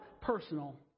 personal